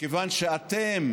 מכיוון שאתם